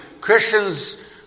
Christians